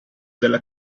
della